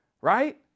right